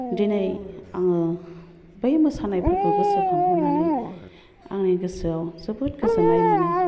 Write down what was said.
दिनै आङो बै मोसानायफोरखौ गोसोखांहरनानै आंनि गोसोआव जोबोद गोजोन्नाय मोनो